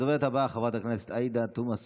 הדוברת הבאה, חברת הכנסת עאידה תומא סלימאן.